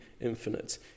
infinite